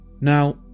Now